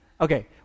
Okay